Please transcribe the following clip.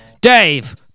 Dave